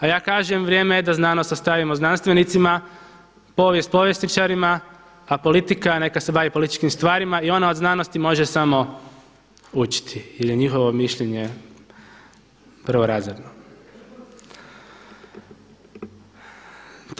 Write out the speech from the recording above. A ja kažem vrijeme je da znanost ostavimo znanstvenicima, povijest povjesničarima, a politika neka se bavi političkim stvarima i ona od znanosti može samo učiti jer je njihovo mišljenje prvorazredno.